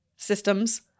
systems